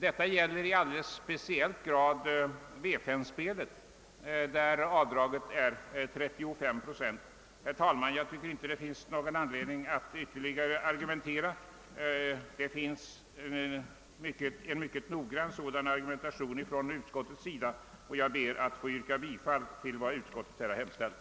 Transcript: Detta gäller i alldeles speciell grad vinster i V-5-spel, där avdraget är 35 procent. Herr talman! Jag tycker inte det finns någon anledning att här argumentera ytterligare utöver den mycket utförliga argumentation som utskottet fört och ber därför att få yrka bifall till utskottets hemställan.